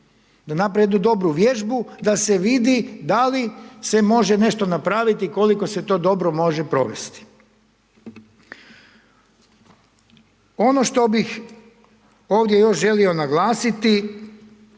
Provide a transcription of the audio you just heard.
da napravi jednu dobru vježbu da se vidi da li se može nešto napraviti, koliko se to dobro može provesti. Ono što bih ovdje još želio naglasiti